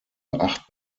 acht